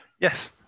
Yes